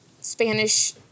Spanish